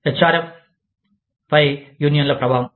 H R M పై యూనియన్ల ప్రభావం